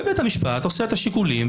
ובית המשפט עושה את השיקולים,